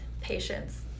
patience